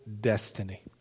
destiny